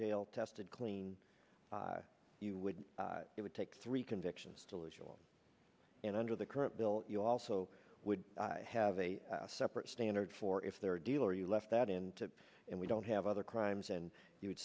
jail tested clean you would it would take three convictions delusional and under the current bill you also would have a separate standard for if there dealer you left that in to and we don't have other crimes and you would